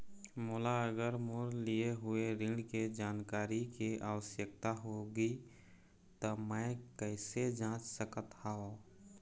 मोला अगर मोर लिए हुए ऋण के जानकारी के आवश्यकता होगी त मैं कैसे जांच सकत हव?